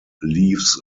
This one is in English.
leaves